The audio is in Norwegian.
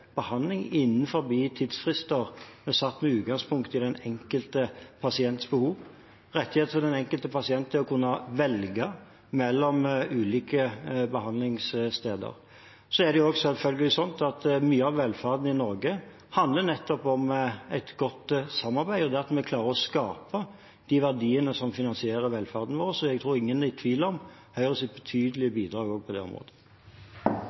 behandling innenfor tidsfrister satt med utgangspunkt i den enkelte pasients behov, og rettigheter for den enkelte pasient til å kunne velge mellom ulike behandlingssteder. Det er selvfølgelig også slik at mye av velferden i Norge handler nettopp om et godt samarbeid, og at vi klarer å skape de verdiene som finansierer velferden vår. Jeg tror ingen er i tvil om Høyres betydelige bidrag også på det området.